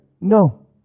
no